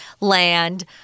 land